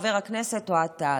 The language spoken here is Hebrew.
חבר הכנסת אוהד טל.